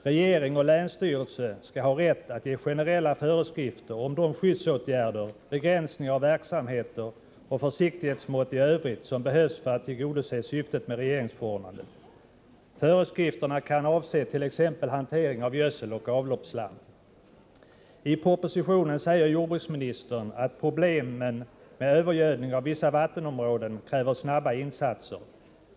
Regering och länsstyrelse skall ha rätt att ge generella föreskrifter om de skyddsåtgärder, begränsningar av verksamheter och försiktighetsmått i övrigt som behövs för att tillgodose syftet med regeringsförordnandet. Föreskrifterna kan avse t.ex. hantering av gödsel och avloppsslamm. I propositionen säger jordbruksministern att problemen med övergödning av vissa vattenområden kräver snara insatser.